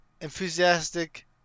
enthusiastic